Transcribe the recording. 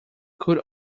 could